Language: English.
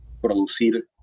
producir